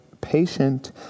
patient